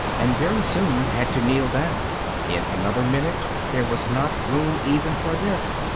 and very soon had to kneel down in another minute there was not room even for this,